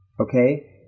Okay